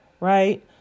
Right